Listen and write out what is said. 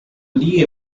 only